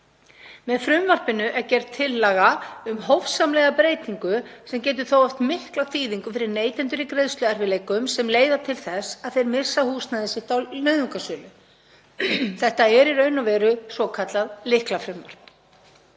Með frumvarpinu er gerð tillaga um hófsamlega breytingu sem getur þó haft mikla þýðingu fyrir neytendur í greiðsluerfiðleikum sem leiða til þess að þeir missa húsnæði sitt í nauðungarsölu. Þetta er í raun og veru svokallað lyklafrumvarp.